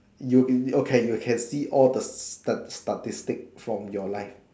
you okay you can see all the statistic from your life